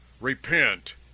Repent